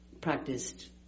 practiced